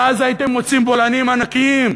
ואז הייתם מוצאים בולענים ענקיים.